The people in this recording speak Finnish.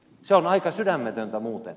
se on aika sydämetöntä muuten